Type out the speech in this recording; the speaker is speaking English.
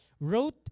wrote